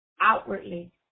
outwardly